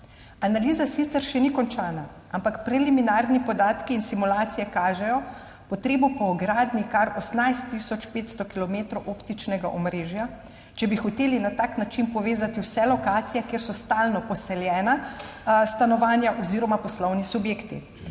Analiza sicer še ni končana, ampak preliminarni podatki in simulacije kažejo potrebo po gradnji kar 18 tisoč 500 kilometrov optičnega omrežja, če bi hoteli na tak način povezati vse lokacije, kjer so stalno poseljena stanovanja oziroma poslovni subjekti.